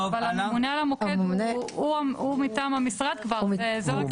אבל הממונה על המוקד הוא מטעם המשרד כבר --- לא,